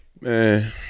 Man